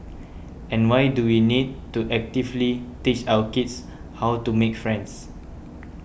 and why do we need to actively teach our kids how to make friends